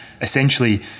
essentially